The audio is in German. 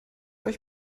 euch